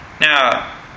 Now